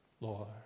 Lord